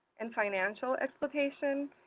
and financial exploitation.